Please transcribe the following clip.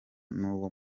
n’uwo